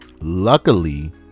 luckily